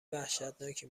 وحشتناکی